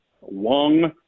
Wong